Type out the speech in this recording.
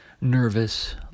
nervous